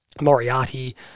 Moriarty